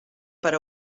per